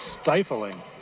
stifling